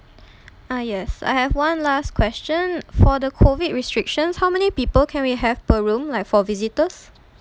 ah yes I have one last question for the COVID restrictions how many people can we have per room like for visitors